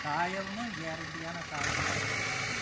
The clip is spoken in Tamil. சாயமும் கேரண்டியான சாயமாக இருக்க வேண்டும்